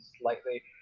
slightly